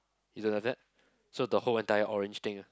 isn't like that so the whole entire orange thing ah